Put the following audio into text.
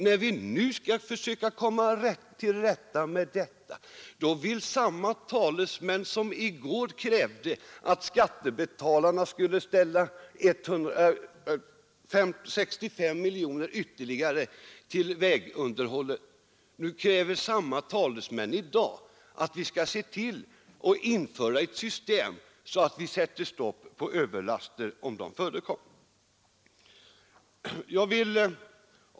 När vi nu skall försöka komma till rätta med detta förordar de som i går krävde ytterligare 65 miljoner till vägunderhållet införandet av ett system som förhindrar att vi sätter stopp för överlaster, om sådana förekommer.